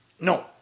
no